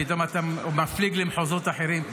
פתאום אתה מפליג למחוזות אחרים.